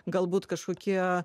galbūt kažkokie